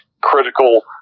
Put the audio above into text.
critical